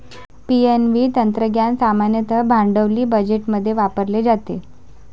NPV तंत्रज्ञान सामान्यतः भांडवली बजेटमध्ये वापरले जाते